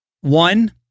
One